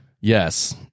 Yes